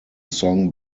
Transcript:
song